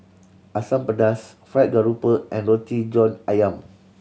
Asam Pedas fried grouper and Roti John Ayam